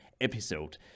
episode